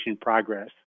progress